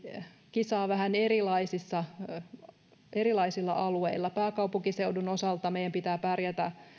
kisaa vähän erilaisilla alueilla pääkaupunkiseudun osalta meidän pitää pärjätä